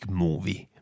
movie